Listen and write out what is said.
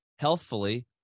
healthfully